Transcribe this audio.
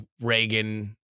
Reagan